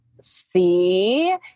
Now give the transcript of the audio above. see